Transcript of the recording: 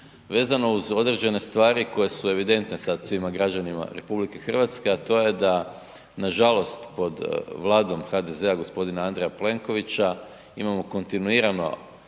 vezano uz određene stvari koje su evidentne sad svima građanima RH, a to je da nažalost pod Vladom HDZ-a, g. Andreja Plenkovića imamo kontinuirano